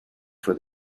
for